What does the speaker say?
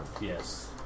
Yes